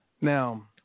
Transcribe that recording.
now